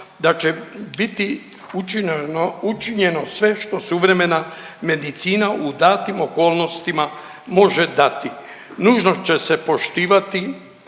da će biti učinjeno sve što suvremena medicina u datim okolnostima može dati nužno će se poštivati